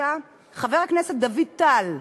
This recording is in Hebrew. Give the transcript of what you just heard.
חבר הכנסת דוד טל,